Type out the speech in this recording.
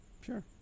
sure